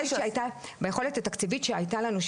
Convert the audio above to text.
ביכולת התקציבית שהייתה לנו,